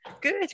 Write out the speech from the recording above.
Good